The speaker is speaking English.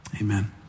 Amen